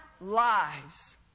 lives